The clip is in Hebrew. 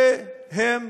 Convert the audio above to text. אלה הם